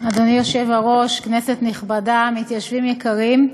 אדוני היושב-ראש, כנסת נכבדה, מתיישבים יקרים,